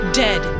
dead